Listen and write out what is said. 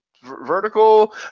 vertical